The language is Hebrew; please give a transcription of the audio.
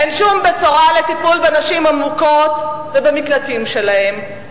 אין שום בשורה לטיפול בנשים המוכות ובמקלטים שלהן,